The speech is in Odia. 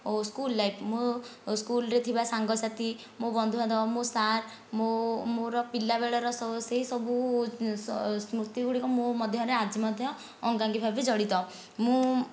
ଓ ସ୍କୁଲ ଲାଇଫ୍ ମୋ ସ୍କୁଲରେ ଥିବା ସାଙ୍ଗସାଥି ମୋ ବନ୍ଧୁ ବାନ୍ଧବ ମୋ ସାର୍ ମୋ ମୋର ପିଲାବେଳର ସ ସେହି ସବୁ ସ୍ମୃତି ଗୁଡ଼ିକ ମୋ ମଧ୍ୟରେ ଆଜି ମଧ୍ୟ ଅଙ୍ଗାଅଙ୍ଗି ଭାବେ ଜଡ଼ିତ ମୁଁ